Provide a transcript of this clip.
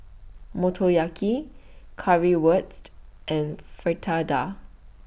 Motoyaki Currywurst and Fritada